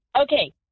Okay